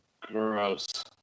Gross